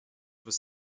was